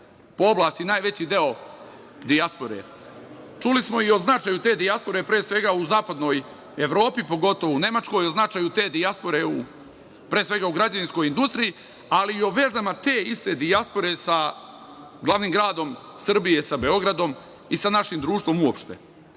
po oblasti najveći deo dijaspore. Čuli smo i o značaju te dijaspore, pre svega u Zapadnoj Evropi, pogotovo u Nemačkoj, o značaju te dijaspore pre svega u građevinskoj industriji, ali i o vezama te iste dijaspore sa glavnim gradom Srbije, sa Beogradom i sa našim društvom uopšte. Pazite